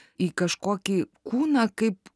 į kažkokį kūną kaip